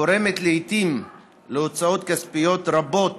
הגורמת לעיתים להוצאות כספיות רבות,